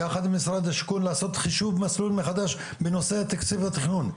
יחד עם משרד השיכון לעשות חישוב מסלול מחדש בנושא תקציב התכנון,